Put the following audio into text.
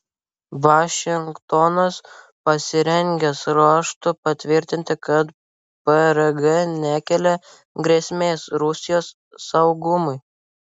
vašingtonas pasirengęs raštu patvirtinti kad prg nekelia grėsmės rusijos saugumui